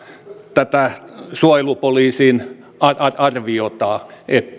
tätä suojelupoliisin arviota